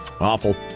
Awful